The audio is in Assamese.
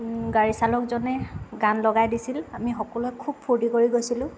গাড়ী চালকজনে গান লগাই দিছিল আমি সকলোৱে খুব ফুৰ্তি কৰি গৈছিলোঁ